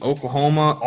Oklahoma